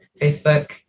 Facebook